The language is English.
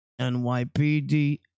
NYPD